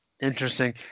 interesting